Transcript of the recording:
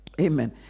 Amen